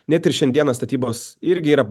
net ir šiandieną statybos irgi yra